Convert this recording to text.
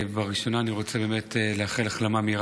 בראשונה אני רוצה באמת לאחל החלמה מהירה